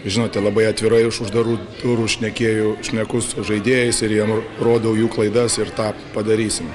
žinote labai atvirai iš už uždarų durų šnekėjau šneku su žaidėjais ir jiem rodau jų klaidas ir tą padarysim